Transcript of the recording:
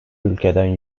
ülkeden